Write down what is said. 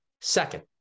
Second